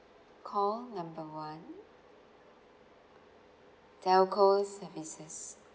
call number one telco services